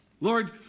Lord